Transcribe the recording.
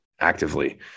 actively